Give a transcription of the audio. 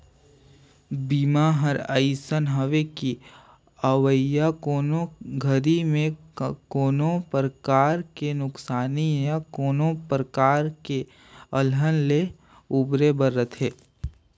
बीमा हर अइसने हवे कि अवइया कोनो घरी मे कोनो परकार के नुकसानी या कोनो परकार के अलहन ले उबरे बर रथे